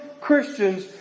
Christians